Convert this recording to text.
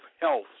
health